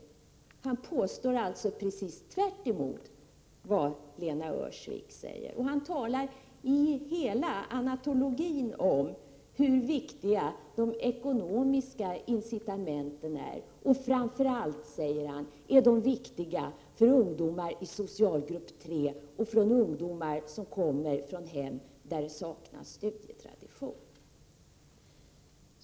Det som han påstår är alltså raka motsatsen till det som Lena Öhrsvik säger. Han talar genomgående om hur viktiga de ekonomiska incitamenten är. Framför allt, säger han, är de viktiga för ungdomar i socialgrupp 3 och för ungdomar från hem som saknar studietradition.